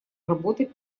работать